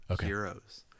heroes